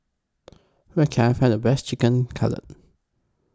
Where Can I Find The Best Chicken Cutlet